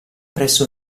presso